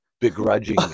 begrudging